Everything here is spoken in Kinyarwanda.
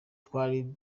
twari